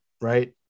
right